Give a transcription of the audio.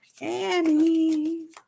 Annie